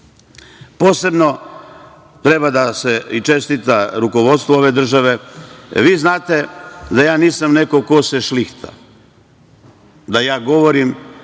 Posebno treba da se čestita rukovodstvu ove države. Vi znate da ja nisam neko ko se šlihta, da govorim